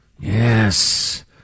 Yes